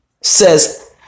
says